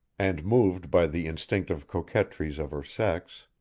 and moved by the instinctive coquetries of her sex.